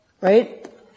right